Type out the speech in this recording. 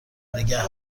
نگه